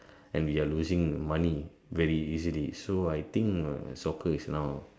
and we are losing money very easily so I think soccer is now